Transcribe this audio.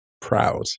proud